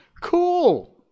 Cool